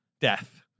death